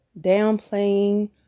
downplaying